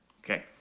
Okay